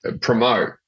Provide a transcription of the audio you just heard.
promote